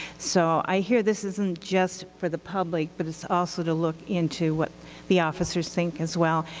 so i hear this isn't just for the public but it's also to look into what the officers think as well.